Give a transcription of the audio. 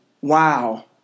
Wow